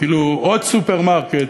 כאילו עוד סופרמרקט